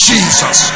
Jesus